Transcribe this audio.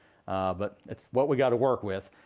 but it's what we gotta work with.